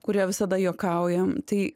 kurie visada juokauja tai